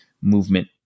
movement